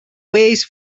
weighs